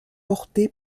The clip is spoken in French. porté